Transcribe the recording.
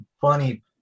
funny